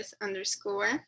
underscore